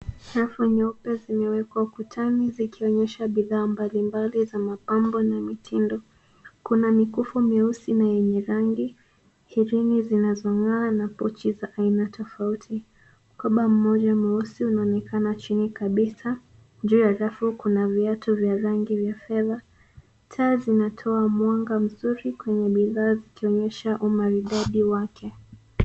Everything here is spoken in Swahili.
Rafu nyeupe zimewekwa ukutani zikionyesha bidhaa mbalimbali, zimepambwa na mitindo. Kuna mikufu mieusi na yenye rangi, herini zinazongaa na pochi aina tofauti. Mkoba mmoja mweusi unaonekana chini kabisa. Juu ya rafu kuna viatu vya rangi ya fedha. Taa zinatoa mwanga mzuri kwenye bidhaa, zikionyesha umaridadi wake.